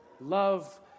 Love